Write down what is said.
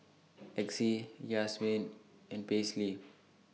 Exie Yazmin and Paisley